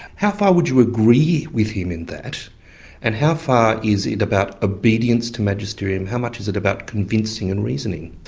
how far would you agree with him in that and how far is it about obedience to magisterium? how much is it about convincing and reasoning?